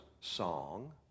song